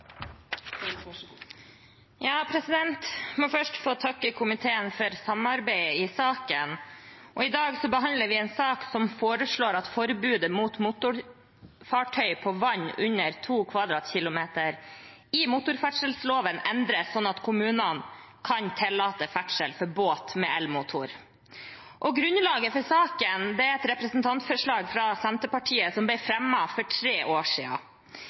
foreslår at forbudet mot motorfartøy på vann under 2 km 2 i motorferdselloven endres sånn at kommunene kan tillate ferdsel med båt med elmotor. Grunnlaget for saken er et representantforslag fra Senterpartiet som ble fremmet for tre år